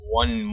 one